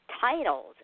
titles